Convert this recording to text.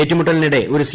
ഏറ്റുമുട്ടലിനിടെ ഒരു സി